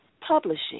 publishing